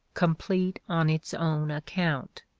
complete on its own account.